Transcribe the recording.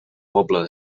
poble